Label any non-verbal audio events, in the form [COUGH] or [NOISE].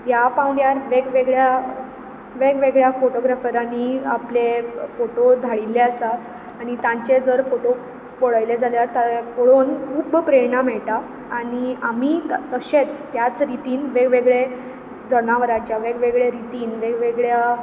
ह्या पांवड्यार वेग वेगळ्या वेग वेगळ्या फोटोग्राफरांनी आपले फोटो धाडिल्ले आसा आनी तांचे जर फोटो पळयले जाल्यार [UNINTELLIGIBLE] पळोवन खूब प्रेरणा मेळटा आनी आमी तशेंच त्याच रितीन वेग वेगळे जनावरांच्या वेग वेगळे रितीन वेगवेगळ्या